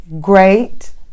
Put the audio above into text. great